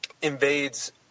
Invades